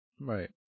Right